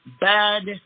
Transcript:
bad